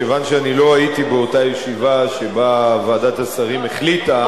כיוון שאני לא הייתי באותה ישיבה שבה ועדת השרים החליטה,